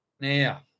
Now